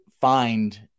find